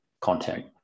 content